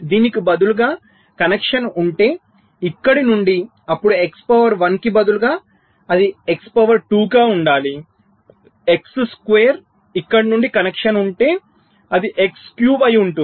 దీనికి బదులుగా కనెక్షన్ ఉంటే ఇక్కడ నుండి అప్పుడు x పవర్ 1 కు బదులుగా అది x పవర్ 2 గా ఉండాలి x స్క్వేర్ ఇక్కడ నుండి కనెక్షన్ ఉంటే అది x క్యూబ్ అయి ఉంటుంది